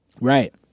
Right